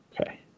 Okay